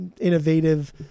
Innovative